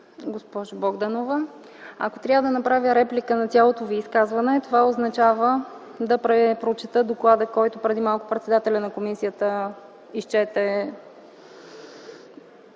Госпожо Богданова, ако трябва да направя реплика на цялото Ви изказване, това означава да препрочета доклада, който преди малко председателят на комисията изчете,